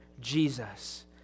Jesus